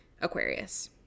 Aquarius